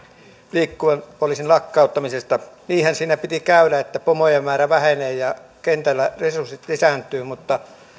liikkuvan poliisin lakkauttamisesta niinhän siinä piti käydä että pomojen määrä vähenee ja kentällä resurssit lisääntyvät mutta